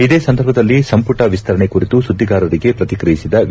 ಇದೇ ಸಂದರ್ಭದಲ್ಲಿ ಸಂಪುಟ ವಿಸ್ತರಣೆ ಕುರಿತು ಸುದ್ನಿಗಾರರಿಗೆ ಪ್ರತಿಕ್ರಿಯಿಸಿದ ವಿ